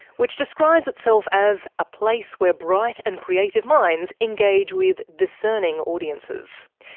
which describes itself as a place where bright and creative minds engage with discerning audiences.